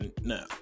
no